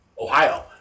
Ohio